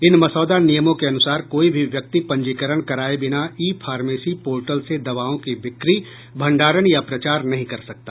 इन मसौदा नियमों के अनुसार कोई भी व्यक्ति पंजीकरण कराए बिना ई फार्मेसी पोर्टल से दवाओं की बिक्री भंडारण या प्रचार नहीं कर सकता